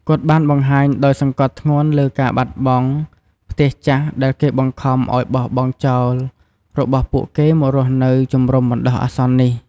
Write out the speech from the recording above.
គាត់បានបង្ហាញដោយសង្កត់ធ្ងន់លើការបាត់បង់ "ផ្ទះចាស់ដែលគេបង្ខំឲ្យបោះបង់ចោល" របស់ពួកគេមករស់នៅជំរុំបណ្តោះអាសន្ននេះ។